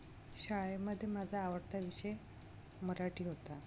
शाळेमध्ये माझा आवडता विषय मराठी होता